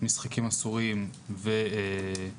משחקים אסורים והימורים